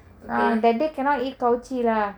ah that day cannot eat kowchi lah